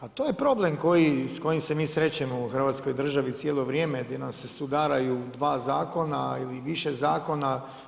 A to je problem s kojim se mi srećemo u Hrvatskoj državi cijelo vrijeme, gdje nam se sudaraju dva zakona ili više zakona.